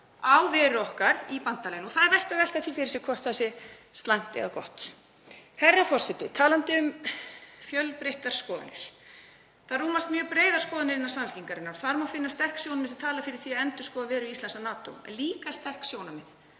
á veru okkar í bandalaginu og það er vert að velta því fyrir sér hvort það sé slæmt eða gott. Herra forseti. Talandi um fjölbreyttar skoðanir. Það rúmast mjög breiðar skoðanir innan Samfylkingarinnar. Þar má finna sterk sjónarmið sem tala fyrir því að endurskoða veru Íslands í NATO, en líka sterk sjónarmið